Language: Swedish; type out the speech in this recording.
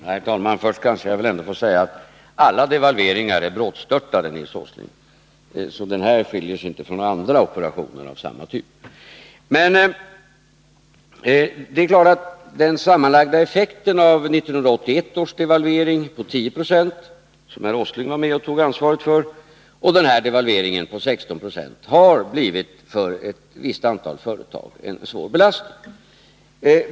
Herr talman! Först kanske jag får säga att alla devalveringar ändå är brådstörtade, Nils Åsling. Den här skiljer sig inte från andra operationer av samma typ. Men den sammanlagda effekten av 1981 års devalvering på 10 96, som herr Åsling var med om att ta ansvaret för, och den här devalveringen på 16 90 har för ett visst antal företag blivit en svår belastning.